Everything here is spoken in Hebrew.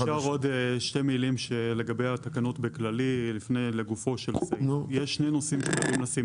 אם אפשר עוד שתי מילים לגבי התקנות בכללי: יש שני נושאים שצריכים לשים